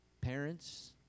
parents